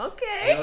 Okay